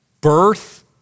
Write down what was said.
birth